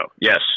yes